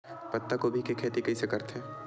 पत्तागोभी के खेती कइसे करथे?